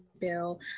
bill